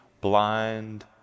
blind